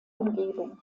umgebung